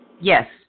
Yes